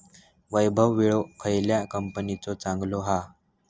वैभव विळो खयल्या कंपनीचो चांगलो हा?